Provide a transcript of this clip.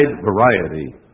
variety